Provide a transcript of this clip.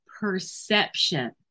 perception